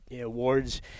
awards